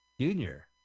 Junior